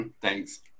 Thanks